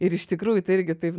ir iš tikrųjų tai irgi taip